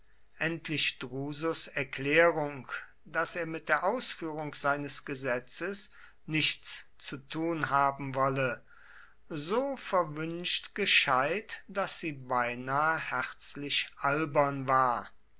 endlich drusus erklärung daß er mit der ausführung seines gesetzes nichts zu tun haben wolle so verwünscht gescheit daß sie beinahe herzlich albern war